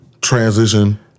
transition